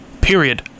Period